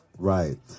Right